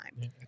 time